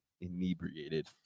inebriated